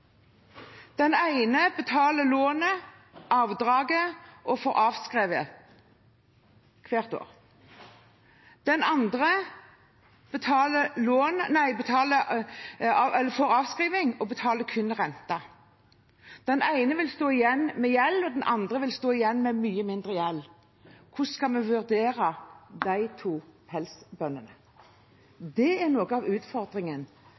Den ene betaler lånet, avdraget, og får det avskrevet hvert år. Den andre får avskrivning og betaler kun renter. Den ene vil stå igjen med gjeld, og den andre vil stå igjen med mye mindre gjeld. Hvordan skal vi vurdere de to pelsdyrbøndene? Det er noe av utfordringen